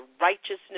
righteousness